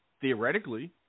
theoretically